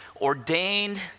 ordained